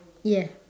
yeah